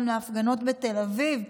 גם להפגנות בתל אביב,